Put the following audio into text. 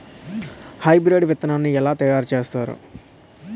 Hybrid విత్తనాన్ని ఏలా తయారు చేస్తారు?